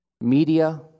Media